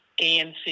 ANC